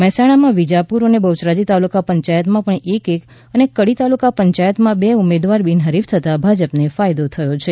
મહેસાણા માં વિજાપુર અને બહુચરાજી તાલુકા પંચાયત માં પણ એક એક અને કડી તાલુકા પંચાયત માં બે ઉમેદવાર બિનહરીફ થતાં ભાજપ ને ફાયદો થયો છે